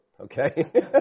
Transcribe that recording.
okay